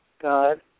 God